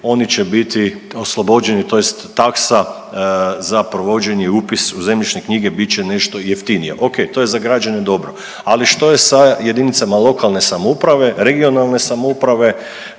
oni će biti oslobođeni, tj. taksa za provođenje i upis u zemljišne knjige bit će nešto jeftinija. O.k. To je za građane dobro, ali što je sa jedinicama lokalne samouprave, regionalne samouprave